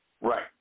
Right